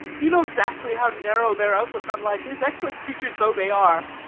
you know exactly how narrow their outlook on life is, excellent creatures though they are.